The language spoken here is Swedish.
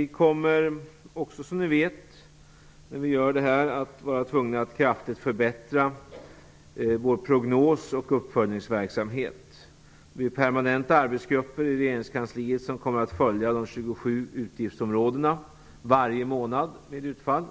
ni vet kommer vi när vi gör det här att också vara tvungna att kraftigt förbättra vår prognos och uppföljningsverksamhet. Vi permanentar arbetsgrupper i regeringskansliet som kommer att följa de 27 utgiftsområdena varje månad vad gäller utfall.